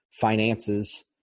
finances